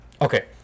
okay